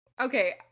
Okay